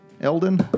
Elden